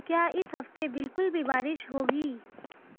کیا اس ہفتے بالکل بھی بارش ہوگی